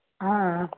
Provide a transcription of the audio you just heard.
ହଁ